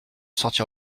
sortir